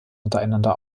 untereinander